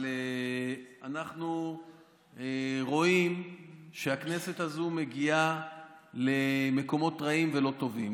אבל אנחנו רואים שהכנסת הזו מגיעה למקומות רעים ולא טובים.